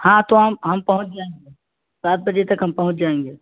ہاں تو ہم ہم پہنچ جائیں گے سات بجے تک ہم پہنچ جائیں گے